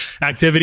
activity